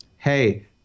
hey